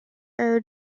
error